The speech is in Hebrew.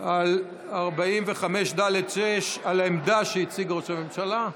על העמדה שהציג ראש הממשלה.